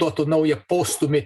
duotų naują postūmį